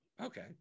okay